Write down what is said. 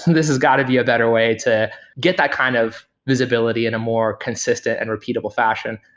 this has got to be a better way to get that kind of visibility in a more consistent and repeatable fashion.